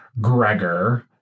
Gregor